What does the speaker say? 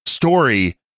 story